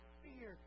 fear